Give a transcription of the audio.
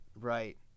Right